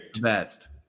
best